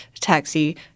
taxi